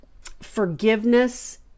Forgiveness